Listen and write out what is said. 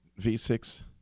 V6